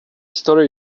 story